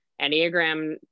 enneagram